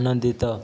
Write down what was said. ଆନନ୍ଦିତ